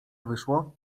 wyszło